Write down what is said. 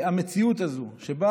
המציאות הזאת, שבה